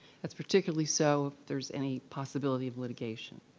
that's particularly so if there's any possibility of litigation,